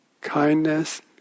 kindness